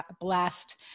blessed